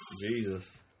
Jesus